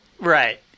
Right